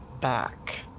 back